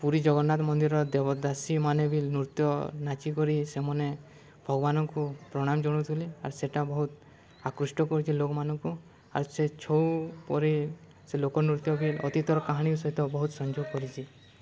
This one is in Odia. ପୁରୀ ଜଗନ୍ନାଥ ମନ୍ଦିର ଦେବଦାସୀମାନେେ ବି ନୃତ୍ୟ ନାଚି କରି ସେମାନେ ଭଗବାନଙ୍କୁ ପ୍ରଣାମ ଜଣଉଥିଲେ ଆର୍ ସେଟା ବହୁତ ଆକୃଷ୍ଟ କରୁଛି ଲୋକମାନଙ୍କୁ ଆର୍ ସେ ଛଉ ପରି ସେ ଲୋକନୃତ୍ୟ ଅତୀତର କାହାଣୀ ସହିତ ବହୁତ ସଂଯୋଗ କରିଛି